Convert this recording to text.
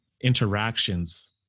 interactions